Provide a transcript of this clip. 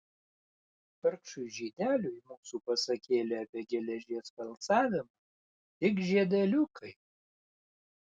vargšui žydeliui mūsų pasakėlė apie geležies valcavimą tik žiedeliukai